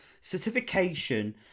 Certification